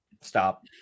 Stop